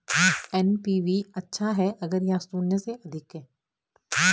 NPV अच्छा है अगर यह शून्य से अधिक है